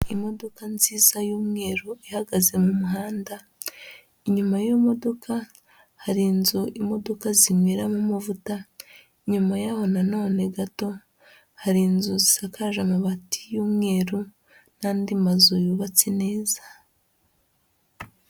Imodoka nziza y'umweru ihagaze mu muhanda, inyuma y'iyo modoka hari inzu imodoka zinyweramo amavuta, inyuma yaho na none gato hari inzu zisakaje amabati y'umweru n'andi mazu yubatse neza.